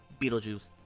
Beetlejuice